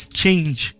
change